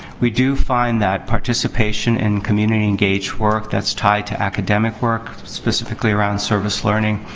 we do find that participation in community engaged work that's tied to academic work, specifically around service learning,